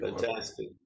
fantastic